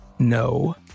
No